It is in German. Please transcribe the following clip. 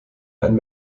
ein